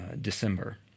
December